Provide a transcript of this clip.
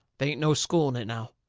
they ain't no school in it now.